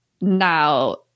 now